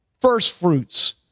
firstfruits